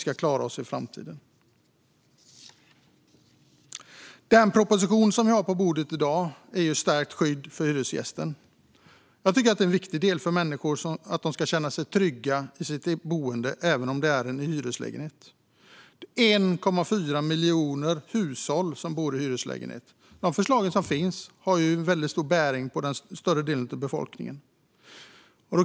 Dagens proposition handlar om stärkt skydd för hyresgäster, och det är viktigt att människor i hyreslägenhet känner sig trygga. Det är 1,4 miljoner hushåll som bor i hyreslägenhet, så förslaget berör en stor del av befolkningen.